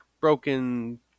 broken